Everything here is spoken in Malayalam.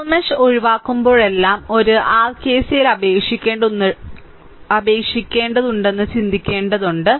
സൂപ്പർ മെഷ് ഒഴിവാക്കുമ്പോഴെല്ലാം ഒരു ആർ കെസിഎൽ അപേക്ഷിക്കേണ്ടതുണ്ടെന്ന് ചിന്തിക്കേണ്ടതുണ്ട്